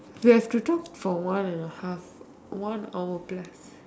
we have to talk for one and a half one hour plus